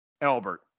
Albert